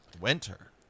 winter